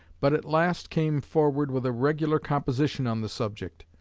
but at last came forward with a regular composition on the subject.